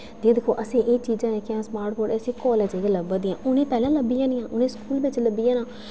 जि'यां दिक्खो असें एह् चीजां जेह्कियां स्मार्ट बोर्ड ऐसियां कालज गै लभदियां उ'नेंगी पैह्लें लब्भी जानियां उ'नेंगी स्कूल बिच्च लब्भी जाना